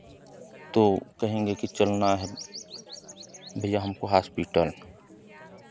तो कहेंगे कि चलना है भैया हमको हॉस्पिटल